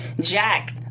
Jack